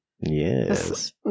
yes